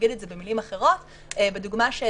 אגיד את זה במילים אחרות בדוגמה שהבאתי,